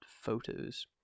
photos